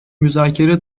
müzakere